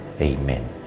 Amen